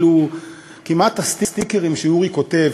כמעט הסטיקרים שאורי כותב,